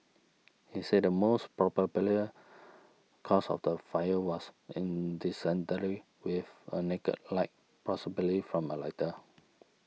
he said the most probable cause of the fire was with a naked light possibly from a lighter